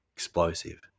explosive